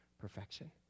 perfection